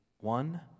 one